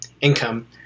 income